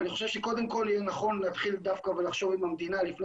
ואני חושב שקודם כל יהיה נכון להתחיל דווקא ולחשוב עם המדינה לפני